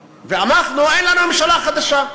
ואנחנו, אין לנו ממשלה חדשה.